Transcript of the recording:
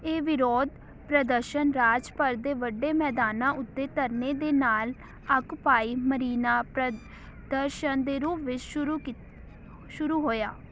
ਇਹ ਵਿਰੋਧ ਪ੍ਰਦਰਸ਼ਨ ਰਾਜ ਭਰ ਦੇ ਵੱਡੇ ਮੈਦਾਨਾਂ ਉੱਤੇ ਧਰਨੇ ਦੇ ਨਾਲ ਆਕੂਪਾਈ ਮਰੀਨਾ ਪ੍ਰਦਰਸ਼ਨ ਦੇ ਰੂਪ ਵਿੱਚ ਸ਼ੁਰੂ ਕੀਤ ਸ਼ੁਰੂ ਹੋਇਆ